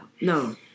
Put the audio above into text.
No